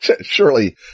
surely